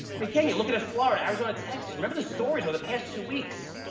mean, again, you're looking at florida, arizona, texas, remember the stories over the past two weeks.